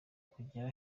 kugera